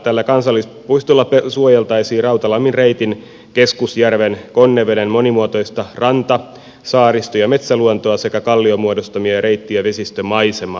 tällä kansallispuistolla suojeltaisiin rautalammin reitin keskusjärven konneveden monimuotoista ranta saaristo ja metsäluontoa sekä kalliomuodostumia ja reitti ja vesistömaisemaa